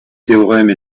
théorème